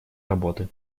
работы